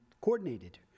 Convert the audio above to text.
coordinated